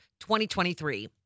2023